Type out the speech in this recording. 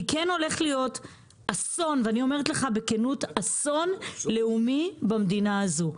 הולך להיות אסון לאומי במדינה הזאת,